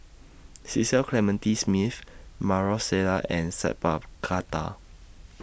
Cecil Clementi Smith Maarof Salleh and Sat Pal Khattar